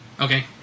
Okay